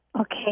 Okay